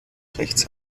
rechts